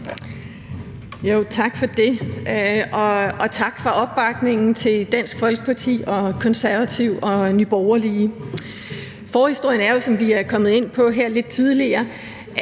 Tak for det, og tak for opbakningen til Dansk Folkeparti og Konservative og Nye Borgerlige. Forhistorien er jo, som vi er kommet ind på her lidt tidligere,